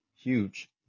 huge